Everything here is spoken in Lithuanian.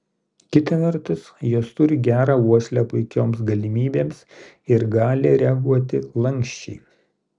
kita vertus jos turi gerą uoslę puikioms galimybėms ir gali reaguoti lanksčiai